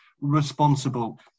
responsible